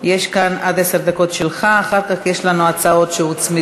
יש לך עד עשר דקות, ואחר כך יש לנו הצעות שהוצמדו.